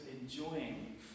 enjoying